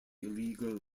illegal